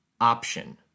option